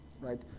right